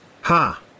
Ha